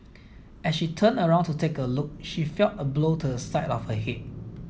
as she turned around to take a look she felt a blow to the side of her head